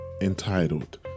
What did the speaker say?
entitled